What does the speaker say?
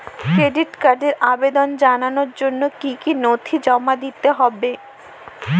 Credit কার্ডের আবেদন জানানোর জন্য কী কী নথি জমা দিতে হবে?